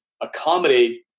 accommodate